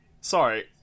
Sorry